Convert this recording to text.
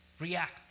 react